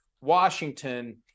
Washington